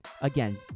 Again